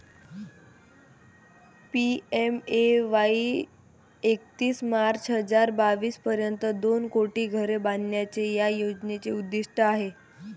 PMAY एकतीस March हजार बावीस पर्यंत दोन कोटी घरे बांधण्याचे या योजनेचे उद्दिष्ट आहे